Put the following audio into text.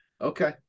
Okay